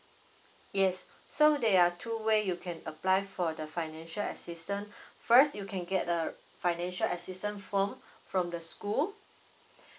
yes so there are two way you can apply for the financial assistance first you can get a financial assistant form from the school